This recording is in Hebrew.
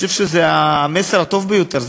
אני חושב שזה המסר הטוב ביותר,